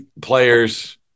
players